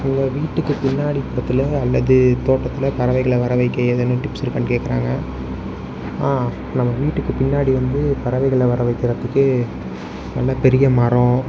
எங்கள் வீட்டுக்குப் பின்னாடிப் புறத்தில் அல்லது தோட்டத்தில் பறவைகளை வரவைக்க ஏதேனும் டிப்ஸ் இருக்கானு கேட்குறாங்க ஆ நம்ம வீட்டுக்குப் பின்னாடி வந்து பறவைகளை வர வைக்கிறதுக்கு நல்ல பெரிய மரம்